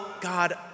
God